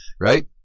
right